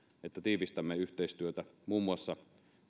että tiivistämme yhteistyötä muun muassa